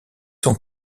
sont